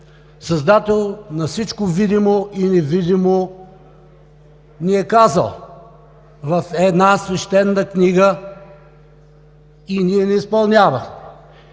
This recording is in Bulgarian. създател на всичко видимо и невидимо, ни е казал в една Свещена книга, и ние не изпълнявахме.